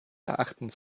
erachtens